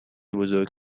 بزرگ